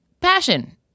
passion